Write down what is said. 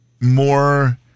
more